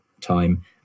time